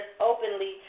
openly